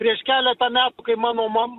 prieš keletą metų kai mano mam